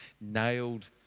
nailed